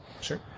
sure